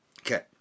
Okay